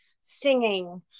singing